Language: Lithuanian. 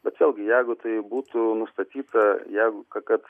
bet vėlgi jeigu tai būtų nustatyta jeigu kad